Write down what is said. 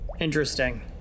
Interesting